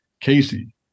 Casey